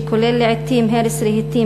שכולל לעתים הרס רהיטים,